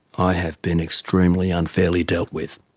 i have been extremely unfairly dealt with.